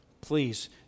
please